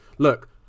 Look